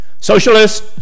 Socialist